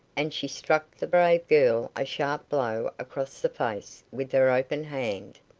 and she struck the brave girl a sharp blow across the face with her open hand.